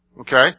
Okay